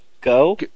Go